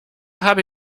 habe